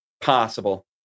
possible